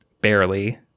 barely